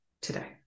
today